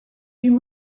you